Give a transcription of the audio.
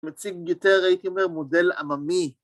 ‫מציג יותר, הייתי אומר, מודל עממי.